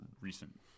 recent